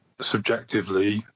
subjectively –